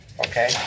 okay